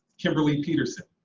kimberly peterson.